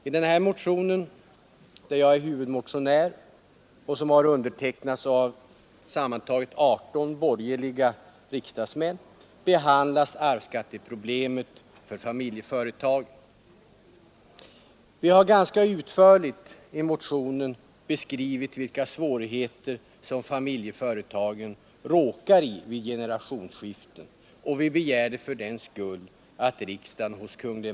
I den motionen, som undertecknats av sammantaget 18 borgerliga riksdagsmän med mig som huvudmotionär, behandlas arvsskatteproblemet för familjeföretagen. Vi har i motionen ganska utförligt beskrivit vilka svårigheter familjeföretagen råkar in i vid generationsskifte, och vi hemställer därför att riksdagen hos Kung.